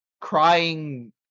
crying